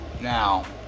now